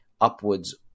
upwards